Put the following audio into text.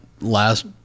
last